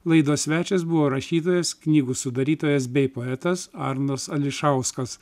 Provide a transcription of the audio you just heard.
laidos svečias buvo rašytojas knygų sudarytojas bei poetas arnas ališauskas